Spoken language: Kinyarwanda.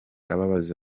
ababaza